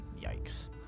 Yikes